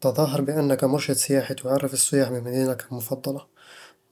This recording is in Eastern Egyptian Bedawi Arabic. تظاهر بأنك مرشد سياحي تُعرف السياح بمدينتك المفضلة.